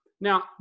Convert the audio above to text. Now